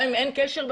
גם אם אין קשר בסוף.